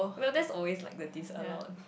well that's always like this disallowed